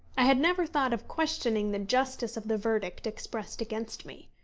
i had never thought of questioning the justice of the verdict expressed against me.